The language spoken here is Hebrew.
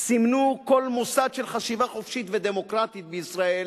סימנו כל מוסד של חשיבה חופשית ודמוקרטית בישראל,